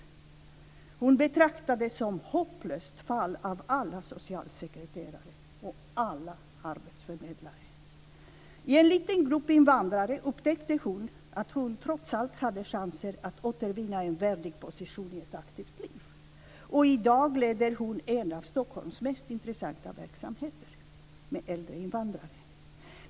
Hon betraktades som ett hopplöst fall av alla socialsekreterare och arbetsförmedlare. I en liten grupp invandrare upptäckte hon att hon trots allt hade chanser att återvinna en värdig position i ett aktivt liv. I dag leder hon en av Stockholms mest intressanta verksamheter med äldre invandrare.